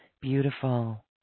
Beautiful